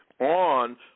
on